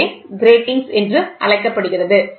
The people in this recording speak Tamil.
இதுவே கிராட்டிங்ஸ் என்று அழைக்கப்படுகிறது